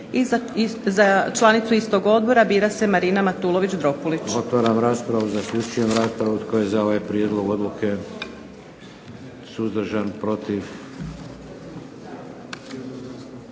za članicu istog odbora bira se Marina Matulović-Dropulić.